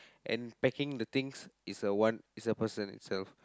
and packing the thing is one is a person itself